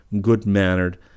good-mannered